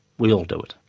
we all do it.